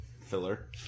filler